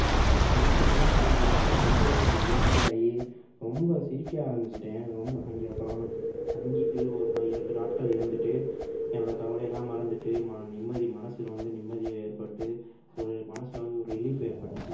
அது ஊட்டிக்கெலாம் போனதுக்கப்புறம் ரொம்ப ரொம்ப நான் மகிழ்ச்சியாகி ரொம்ப சிரிக்க ஆரம்பிச்சிட்டேன் ரொம்ப அங்கே அப்புறம் தங்கிட்டு ஒரு நான் இரண்டு நாட்கள் இருந்துட்டு என்னோடய கவலையெல்லாம் மறந்துட்டு ம நிம்மதி மனசில் வந்து நிம்மதி ஏற்பட்டு ஒரு மனசில் வந்து ஒரு ரிலீஃப் ஏற்பட்டுச்சு